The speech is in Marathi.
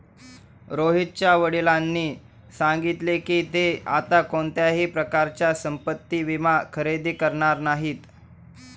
रोहितच्या वडिलांनी सांगितले की, ते आता कोणत्याही प्रकारचा संपत्ति विमा खरेदी करणार नाहीत